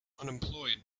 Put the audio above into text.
unemployed